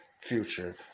future